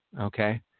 okay